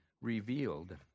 revealed